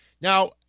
Now